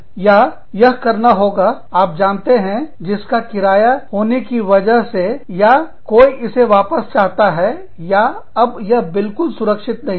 या यह करना होगा आप जानते हैं इसका किराया होने की वजह से और कोई इसे वापस चाहता है या अब यह बिल्कुल सुरक्षित नहीं है